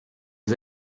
aux